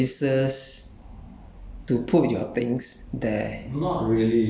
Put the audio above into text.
oh so that means you are renting spaces